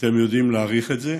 ואתם יודעים להעריך את זה,